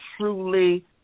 truly